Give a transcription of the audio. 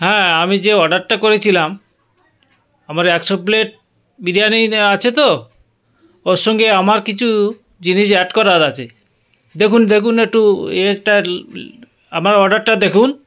হ্যাঁ আমি যে অর্ডারটা করেছিলাম আমার একশো প্লেট বিরিয়ানির আছে তো ওর সঙ্গে আমার কিছু জিনিস অ্যাড করার আছে দেখুন দেখুন একটু ইয়েটার আমার অর্ডারটা দেখুন